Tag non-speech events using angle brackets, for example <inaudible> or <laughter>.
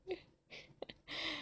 <laughs>